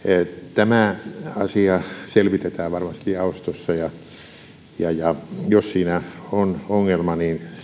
tämä asia selvitetään varmasti jaostossa ja ja jos siinä on ongelma niin